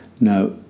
Now